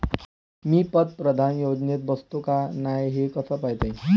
मी पंतप्रधान योजनेत बसतो का नाय, हे कस पायता येईन?